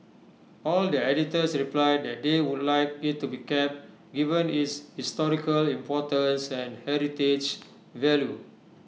all the editors replied that they would like IT to be kept given its its historical importance and heritage value